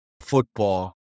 football